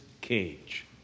Cage